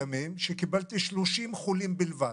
זמינות,